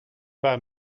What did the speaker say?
pas